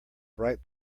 bright